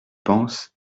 pense